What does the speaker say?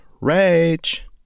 Rage